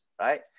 right